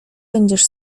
będziesz